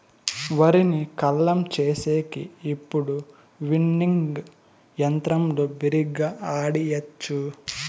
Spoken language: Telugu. వరిని కల్లం చేసేకి ఇప్పుడు విన్నింగ్ యంత్రంతో బిరిగ్గా ఆడియచ్చు